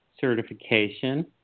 certification